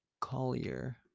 Collier